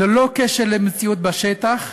וללא קשר למציאות בשטח,